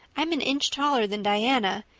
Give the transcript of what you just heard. i'm an inch taller than diana,